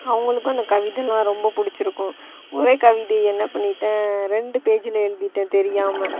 அவங்களுக்கும் அந்த கவிதெல்லாம் ரொம்ப பிடிச்சிருக்கும் ஒரே கவிதையே என்ன பண்ணிட்டேன் ரெண்டு பேஜியில் எழுதிட்டேன் தெரியாமல்